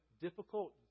difficult